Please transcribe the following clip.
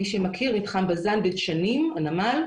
מי שמכיר, מתחם בז"ן, הנמל,